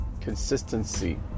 Consistency